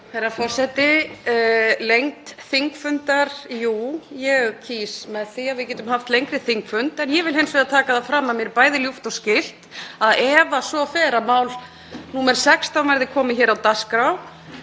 Herra forseti. Lengd þingfundar. Jú, ég greiði atkvæði með því að við getum haft lengri þingfund, en ég vil hins vegar taka það fram að mér bæði ljúft og skylt að ef svo fer að mál nr. 16 verður komið hér á dagskrá